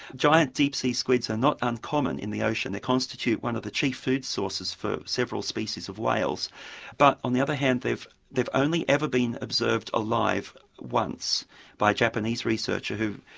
giant deep sea squids are not uncommon in the ocean, they constitutes one of the chief food sources for several species of whales but, on the other hand, they've they've only ever been observed alive once by a japanese researcher who,